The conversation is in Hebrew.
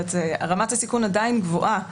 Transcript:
רמת הסיכון עדיין גבוהה,